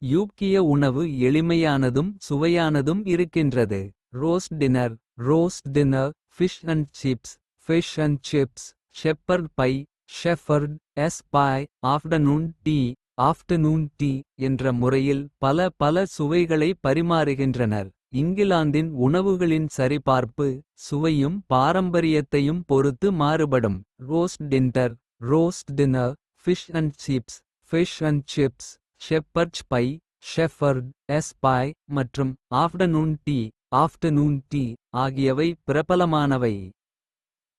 யூக்கிய உணவு எளிமையானதும் சுவையானதும் இருக்கின்றது. Roast dinner fish and chips. Shepherd pie afternoon tea. என்ற முறையில் பல பல சுவைகளை பரிமாறுகின்றனர். இங்கிலாந்தின் உணவுகளின் சரிபார்ப்பு சுவையும். பாரம்பரியத்தையும் பொறுத்து மாறுபடும் roast dinner. Fish and chips shepherd's pie மற்றும் ஆஃப்டர்னூன் டீ. ஆகியவை பிரபலமானவை.